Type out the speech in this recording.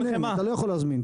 אתה לא יכול להזמין.